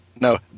No